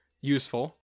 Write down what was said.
useful